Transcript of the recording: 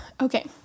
okay